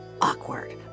Awkward